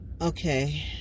Okay